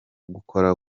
gukora